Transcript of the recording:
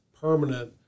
permanent